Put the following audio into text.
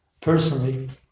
personally